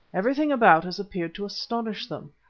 everything about us appeared to astonish them,